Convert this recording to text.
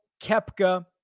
Kepka